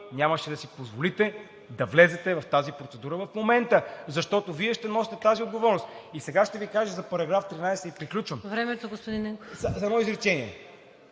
нямаше да си позволите да влезете в тази процедура в момента, защото Вие ще носите тази отговорност. Сега ще Ви кажа за § 13 и приключвам...